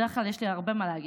בדרך כלל יש לי הרבה מה להגיד.